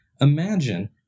Imagine